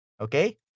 Okay